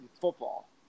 football